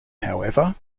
however